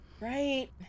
Right